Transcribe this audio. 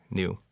new